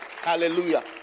Hallelujah